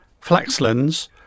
Flaxlands